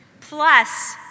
plus